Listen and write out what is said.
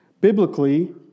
Biblically